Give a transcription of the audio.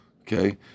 Okay